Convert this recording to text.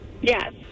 Yes